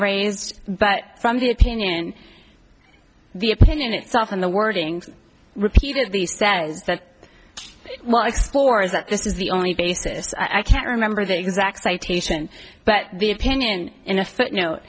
raised but from the opinion the opinion itself and the wording repeatedly says that why explore is that this is the only basis and i can't remember the exact citation but the opinion in a footnote